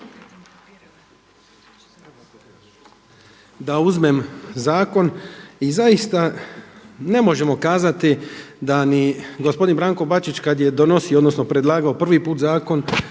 da uzmem zakon. I zaista ne možemo kazati da ni gospodin Branko Bačić kada je donosio odnosno predlagao prvi put zakon